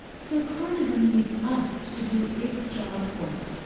so carnism needs us to do its job for it,